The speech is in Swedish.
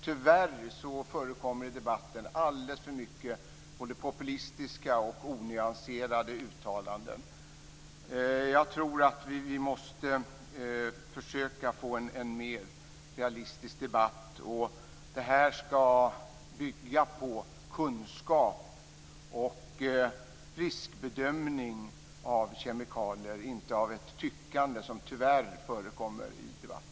Tyvärr förekommer i debatten alldeles för mycket av både populistiska och onyanserade uttalanden. Jag tror att vi måste försöka få en mer realistisk debatt. Det här ska bygga på kunskap och riskbedömning av kemikalier, inte på ett tyckande - något som tyvärr förekommer i debatten.